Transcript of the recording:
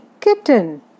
kitten